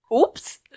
oops